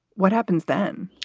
what happens then?